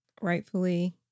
rightfully